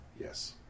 Yes